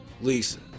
Lisa